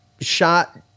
shot